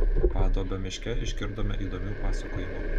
paduobio miške išgirdome įdomių pasakojimų